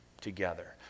together